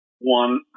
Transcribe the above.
one